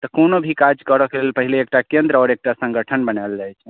तऽ कोनो भी काज करऽके लेल पहिले एकटा केन्द्र आओर एकटा सङ्गठन बनायल जाइत छै